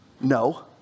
No